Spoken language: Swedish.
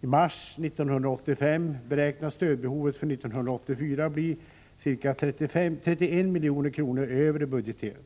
I mars 1985 beräknas stödbehovet för 1984 bli ca 31 milj.kr. över det budgeterade.